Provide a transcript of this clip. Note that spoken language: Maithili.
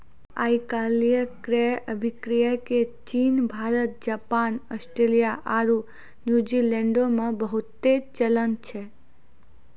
आइ काल्हि क्रय अभिक्रय के चीन, भारत, जापान, आस्ट्रेलिया आरु न्यूजीलैंडो मे बहुते चलन छै